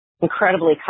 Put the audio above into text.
incredibly